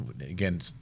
again